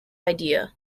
idea